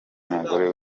w’umugore